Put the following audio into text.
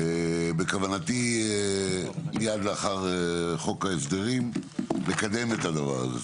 בכוונתי, מיד לאחר חוק ההסדרים, לקדם את הדבר הזה.